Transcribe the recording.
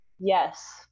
yes